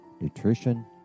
nutrition